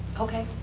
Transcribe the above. okay,